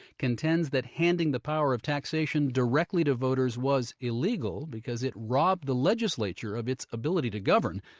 contends that handing the power of taxation directly to voters was illegal because it robbed the legislature of its ability to govern,